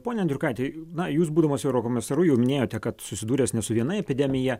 pone andriukaiti na jus būdamas eurokomisaru jau minėjote kad susidūręs su viena epidemija